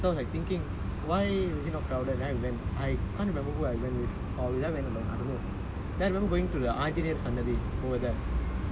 super duper crowded all the weeks I went was like super duper crowded so I was like thinking why is it not crowded then I went I can't remember who I went with or was I went alone I don't know